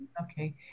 Okay